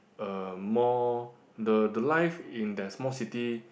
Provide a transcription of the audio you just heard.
uh more the the life in the small city